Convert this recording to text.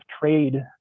trade